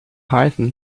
python